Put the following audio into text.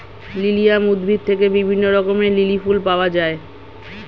lilium উদ্ভিদ থেকে বিভিন্ন রঙের লিলি ফুল পাওয়া যায়